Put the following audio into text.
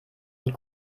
und